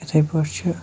اِتھَے پٲٹھۍ چھُ